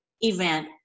event